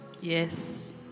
Yes